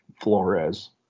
Flores